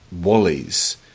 Wally's